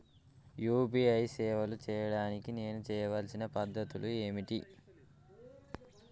UPI సేవలు చేయడానికి నేను చేయవలసిన పద్ధతులు ఏమిటి?